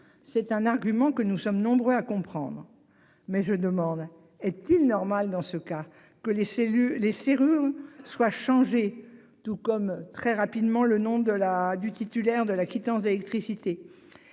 C'est un argument que nous sommes nombreux à comprendre mais je demande, est-il normal dans ce cas que les cellules les serrures soit. Tout comme très rapidement le nom de la du titulaire de la quittance d'électricité